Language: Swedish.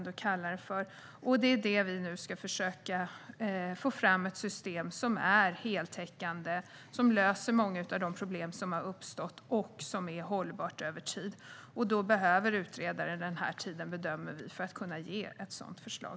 Därför ska vi nu försöka få fram ett system som är heltäckande, som löser många av de problem som har uppstått och som är hållbart över tid. Vi bedömer att utredaren behöver denna tid för att kunna ge ett sådant förslag.